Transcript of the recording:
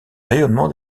rayonnement